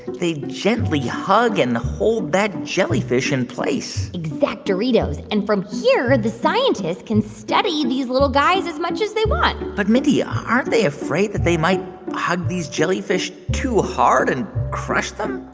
they gently hug and hold that jellyfish in place exact-oritos. and from here, the scientists can study these little guys as much as they want but, mindy, aren't they afraid that they might hug these jellyfish too hard and crush them?